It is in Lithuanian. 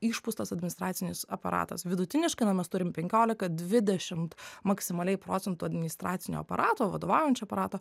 išpūstas administracinis aparatas vidutiniškai na mes turim penkiolika dvidešimt maksimaliai procentų administracinio aparato vadovaujančio aparato